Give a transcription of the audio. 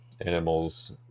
animals